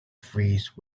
freeze